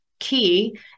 key